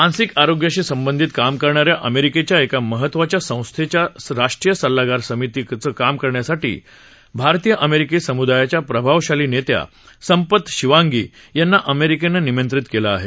मानसिक आरोग्याशी संबंधित काम करणा या अमेरिकेच्या एका महत्वाच्या संस्थेच्या राष्ट्रीय सल्लागार समिती काम करण्यासाठी भारतीय अमेरिकी सुमदायाच्या प्रभावशाली नेत्या संपत शिवांगी यांना अमेरिकेनं निमंत्रित केलं आहे